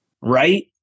Right